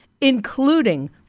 including